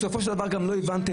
בסופו של דבר גם לא הבנתם,